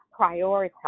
prioritize